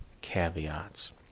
caveats